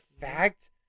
fact